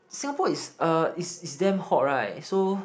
Singapore is uh is is damn hot right so